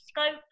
Scope